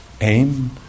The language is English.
aim